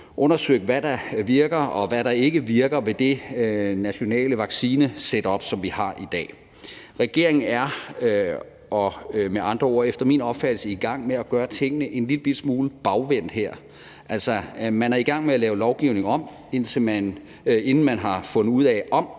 undersøgt, hvad der virker, og hvad der ikke virker, ved det nationale vaccinesetup, som vi har i dag. Regeringen er med andre ord efter min opfattelse her i gang med at gøre tingene en lillebitte smule bagvendt. Altså, man er i gang med at lave en lovgivning om, inden man har fundet ud af, om